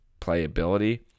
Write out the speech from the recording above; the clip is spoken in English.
playability